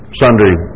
sundry